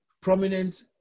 prominent